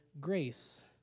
grace